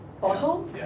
bottle